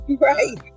Right